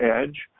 edge